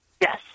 yes